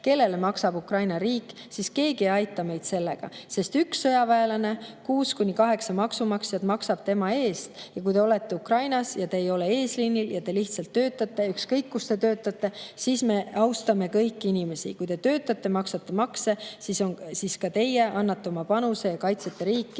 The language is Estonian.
kellele maksab Ukraina riik, siis keegi ei aita meid selles, sest ühe sõjaväelase eest maksab kuus kuni kaheksa maksumaksjat. Ja kui te olete Ukrainas ja te ei ole eesliinil, te lihtsalt töötate, ükskõik kus te töötate – me austame kõiki inimesi. Kui te töötate ja maksate makse, siis ka teie annate oma panuse ja kaitsete riiki,